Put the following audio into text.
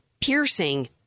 piercing